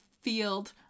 field